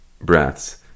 breaths